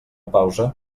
pausa